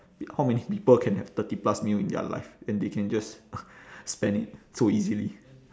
how many people can have thirty plus mil in their life and they can just spend it so easily